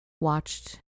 watched